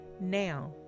now